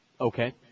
Okay